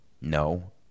No